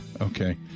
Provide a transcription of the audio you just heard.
Okay